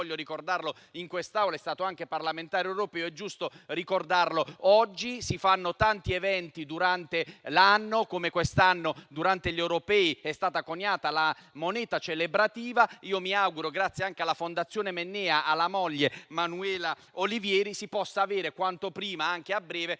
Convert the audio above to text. in quest'Aula - è stato anche parlamentare europeo, è giusto ricordarlo. Oggi si fanno tanti eventi durante l'anno, come quest'anno, durante gli europei, è stata coniata la moneta celebrativa. Io mi auguro che, grazie anche alla Fondazione Mennea e alla moglie Manuela Olivieri, si possa avere quanto prima il museo